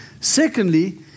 Secondly